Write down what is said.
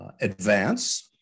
advance